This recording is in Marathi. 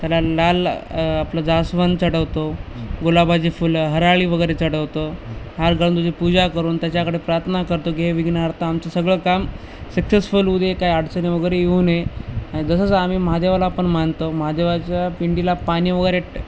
त्याला लाल आपलं जास्वंद चढवतो गुलाबाची फुलं हराळीवगैरे चढवतो हार घालून पूजा करून त्याच्याकडे प्रार्थना करतो की हे विघ्नहर्ता आमचं सगळं काम सक्सेसफुल होऊ दे काही अडचणीवगैरे येऊ नये तसंच आम्ही महादेवालापण मानतो महादेवाच्या पिंडीला पाणीवगैरे ट